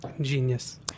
Genius